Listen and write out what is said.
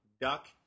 Duck